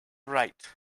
right